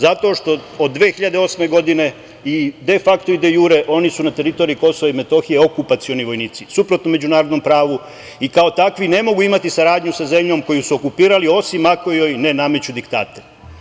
Zato što od 2008. godine i de fakto i de jure oni su na teritoriji KiM okupacioni vojnici, suprotno međunarodnom pravu, i kao takvi ne mogu imati saradnju sa zemljom koju su okupirali, osim ako joj ne nameću diktate.